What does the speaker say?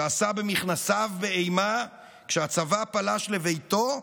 שעשה במכנסיו באימה כשהצבא פלש לביתו,